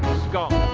scon!